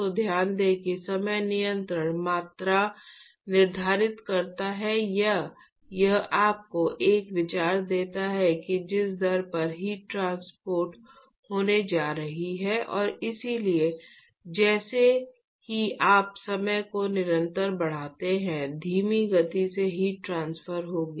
तो ध्यान दें कि समय निरंतर मात्रा निर्धारित करता है या यह आपको एक विचार देता है कि जिस दर पर हीट ट्रांसपोर्ट होने जा रही है और इसलिए जैसे ही आप समय को निरंतर बढ़ाते हैं धीमी गति से हीट ट्रांसफर होगी